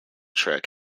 track